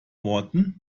worden